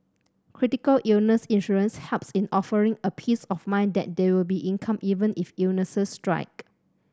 critical illness insurance helps in offering a peace of mind that there will be income even if illnesses strike